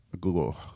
Google